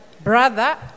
brother